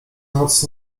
noc